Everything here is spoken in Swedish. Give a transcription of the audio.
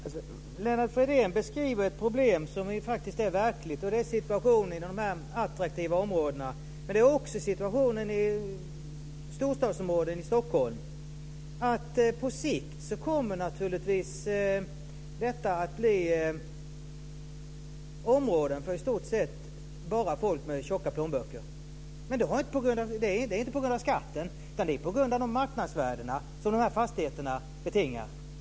Fru talman! Lennart Fridén beskriver faktiskt ett verkligt problem, nämligen situationen i en del attraktiva områden. Det gäller också situationen i storstadsområden i Stockholm. På sikt kommer det i stort sett bli fråga om områden i stort sett bara för folk med tjocka plånböcker, dock inte på grund av skatten utan på grund av de marknadsvärden som de här fastigheterna betingar.